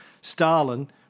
Stalin